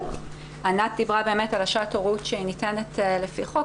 ענת דיברה על שעת הורות שניתנת לפי חוק.